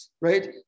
right